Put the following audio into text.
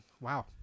wow